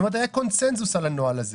כלומר היה קונצנזוס על הנוהל הזה.